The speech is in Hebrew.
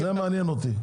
זה מעניין אותי.